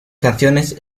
canciones